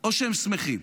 או שהם שמחים?